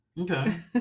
Okay